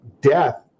death